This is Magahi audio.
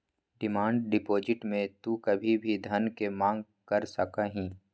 डिमांड डिपॉजिट में तू कभी भी धन के मांग कर सका हीं